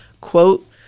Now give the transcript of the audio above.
quote